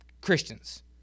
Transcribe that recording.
christians